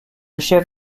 chef